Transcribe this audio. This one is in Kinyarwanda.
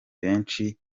benshi